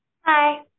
Hi